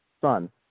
son